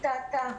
היא טעתה,